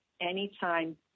anytime